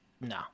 No